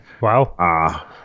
Wow